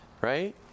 right